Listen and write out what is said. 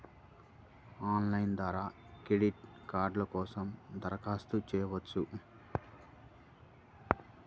Online ద్వారా credit card కోసం దరఖాస్తు చేయవచ్చా?